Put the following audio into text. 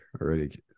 already